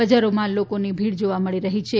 બજારોમાં લોકોની ભીડ જોવા મળી રહી છે